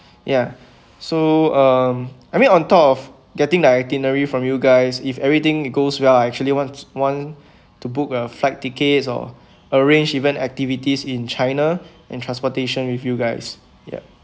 ya so um I mean on top of getting the itinerary from you guys if everything goes well I actually wants want to book a flight ticket or arrange event activities in china and transportation with you guys ya